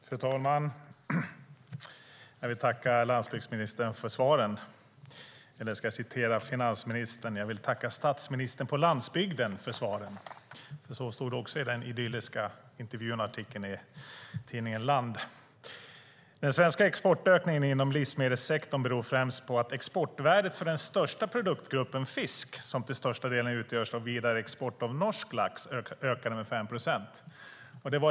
Fru talman! Jag vill tacka landsbygdsministern för svaren. Eller ska jag citera finansministern? Jag vill tacka vår "statsminister på landsbygden" för svaren, för så står det i den idylliska intervjun och artikeln i tidningen Land. Den svenska exportökningen inom livsmedelssektorn beror främst på att exportvärdet för den största produktgruppen fisk, som till största delen utgörs av vidareexport av norsk lax, ökade med 5 procent.